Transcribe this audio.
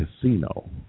Casino